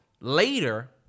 later